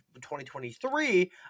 2023